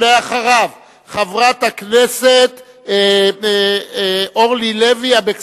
ואחריו, חברת הכנסת אורלי לוי אבקסיס.